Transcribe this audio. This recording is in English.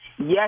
Yes